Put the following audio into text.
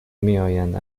میآیند